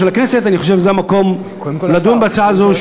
אני חושב שזה המקום לדון בהצעה הזאת,